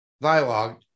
dialogue